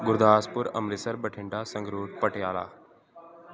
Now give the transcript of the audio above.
Gurdaspur Amritsar Bathinda Sangrur Patiala